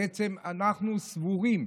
בעצם אנחנו סבורים,